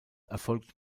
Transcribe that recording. erfolgt